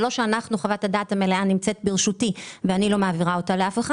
זה לא שחוות הדעת המלאה נמצאת ברשותי ואני לא מעבירה אותה לאף אחד.